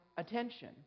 attention